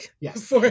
Yes